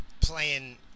playing